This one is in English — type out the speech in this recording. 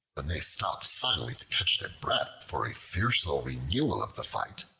when they stopped suddenly to catch their breath for a fiercer renewal of the fight,